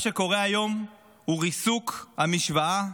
מה שקורה היום הוא ריסוק המשוואה